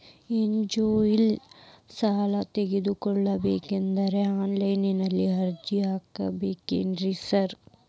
Education ಸಾಲ ತಗಬೇಕಂದ್ರೆ online ನಲ್ಲಿ ಅರ್ಜಿ ಹಾಕ್ಬೇಕೇನ್ರಿ ಸಾರ್?